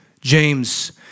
James